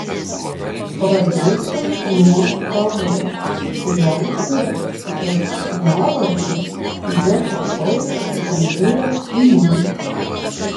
pradėsiu nuo kavos jei turi iš nuovargio džeko balsas skambėjo kimiai